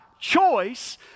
choice